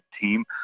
team